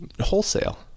wholesale